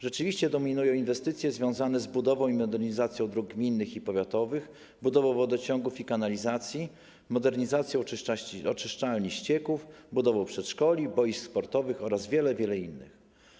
Rzeczywiście dominują inwestycje związane z budową i modernizacją dróg gminnych i powiatowych, budową wodociągów i kanalizacji, modernizacji oczyszczalni ścieków, budową przedszkoli, boisk sportowych oraz wiele, wiele innych.